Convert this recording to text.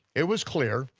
it was clear,